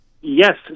Yes